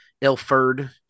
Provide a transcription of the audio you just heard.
Ilford